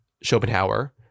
Schopenhauer